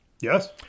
Yes